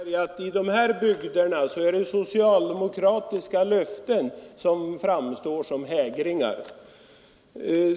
Fru talman! Nej, jag kan försäkra herr Svanberg att det i dessa bygder är socialdemokratiska löften som framstår som hägringar.